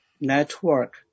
network